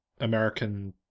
American